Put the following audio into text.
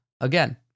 Again